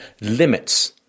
limits